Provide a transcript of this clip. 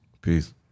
Peace